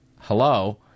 Hello